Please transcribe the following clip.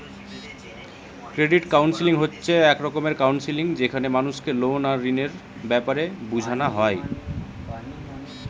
credit counselling হচ্ছে এক রকমের কাউন্সেলিং যেখানে মানুষকে লোন আর ঋণের বেপারে বুঝানা হয়